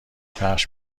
پخش